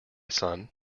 son